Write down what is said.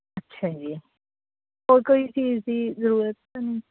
ਅੱਛਾ ਜੀ ਹੋਰ ਕੋਈ ਚੀਜ਼ ਦੀ ਜ਼ਰੂਰਤ ਤਾਂ ਨਹੀਂ